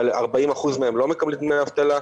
אבל 40% מהם לא מקבלים דמי אבטלה.